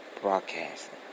broadcasting